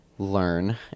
learn